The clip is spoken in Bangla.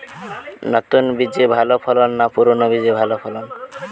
নতুন বীজে ভালো ফলন না পুরানো বীজে ভালো ফলন?